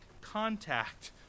contact